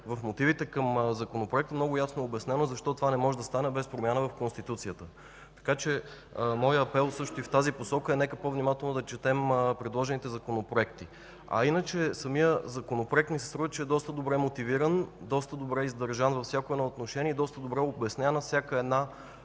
в мотивите към законопроекта много ясно е обяснено защо това не може да стане без промяна в Конституцията. Така че моят апел и в тази посока е по внимателно да четем предложените законопроекти. Иначе ми се струва, че самият законопроект е доста добре мотивиран, доста добре издържан във всяко едно отношение и доста добре е обяснена всяка една